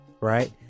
right